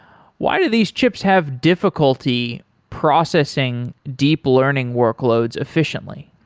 why do these chips have difficulty processing deep learning workloads efficiently?